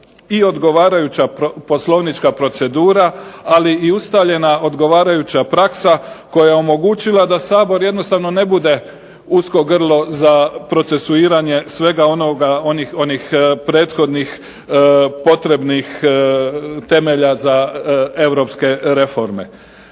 i odgovarajuća poslovnička procedura, ali i ustaljena odgovarajuća praksa koja je omogućila da Sabor jednostavno ne bude usko grlo za procesuiranje svega onoga, onih prethodnih potrebnih temelja za europske reforme.